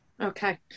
okay